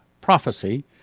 prophecy